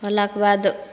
होलाके बाद